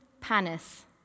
panis